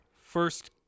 first